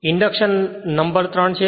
induction number 3 છે